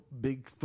big